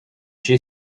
she